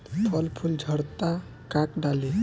फल फूल झड़ता का डाली?